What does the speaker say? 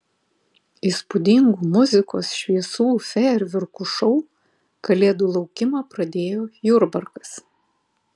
įspūdingu muzikos šviesų fejerverkų šou kalėdų laukimą pradėjo jurbarkas